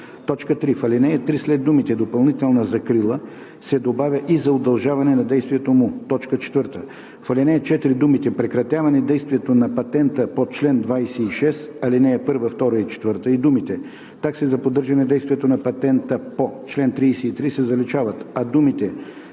3. В ал. 3 след думите „допълнителна закрила“ се добавя „и за удължаване на действието му“. 4. В ал. 4 думите „прекратяване действието на патента по чл. 26, ал. 1, 2 и 4“ и думите „такси за поддържане действието на патента по чл. 33“ се заличават, а думите